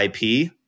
IP